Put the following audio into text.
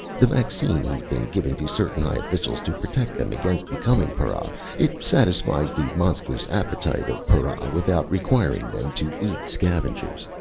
the vaccine he's been giving to certain high officials to protect them against becoming para it satisfies the monstrous appetite of para without requiring them to eat scavengers.